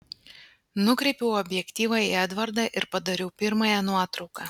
nukreipiau objektyvą į edvardą ir padariau pirmąją nuotrauką